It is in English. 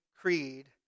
Creed